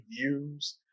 views